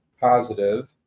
positive